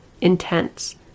intense